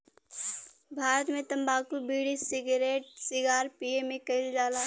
भारत मे तम्बाकू bidi, cigarette cigar पिए मे कइल जाला